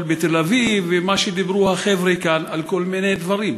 בתל-אביב ומה שדיברו החבר'ה כאן על כל מיני דברים.